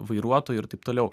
vairuotojų ir taip toliau